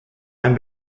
ein